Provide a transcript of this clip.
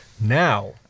Now